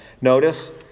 Notice